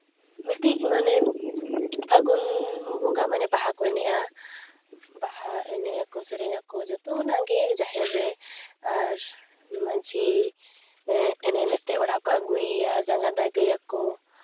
ᱢᱤᱫᱴᱤᱡ ᱢᱟᱱᱮ ᱯᱷᱟᱹᱜᱩᱱ ᱵᱚᱸᱜᱟ ᱢᱟᱱᱮ ᱵᱟᱦᱟ ᱠᱚ ᱮᱱᱮᱡᱼᱟ ᱵᱟᱦᱟ ᱮᱱᱮᱡ ᱟᱠᱚ ᱥᱮᱨᱮᱧᱟᱠᱚ ᱡᱚᱛᱚᱱᱟᱜ ᱜᱮ ᱡᱟᱦᱮᱨ ᱨᱮ ᱟᱨ ᱢᱟᱹᱡᱷᱤ ᱮᱱᱮᱡ ᱮᱱᱮᱡ ᱛᱮ ᱚᱲᱟᱜ ᱠᱚ ᱟᱹᱜᱩᱭᱮᱭᱟ ᱡᱟᱸᱜᱟ ᱫᱟᱜᱮᱭᱟᱠᱚ